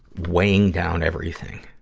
weighing down everything.